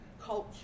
culture